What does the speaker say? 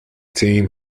team